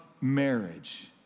marriage